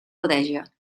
rodeja